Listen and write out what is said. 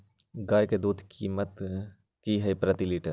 गाय के दूध के कीमत की हई प्रति लिटर?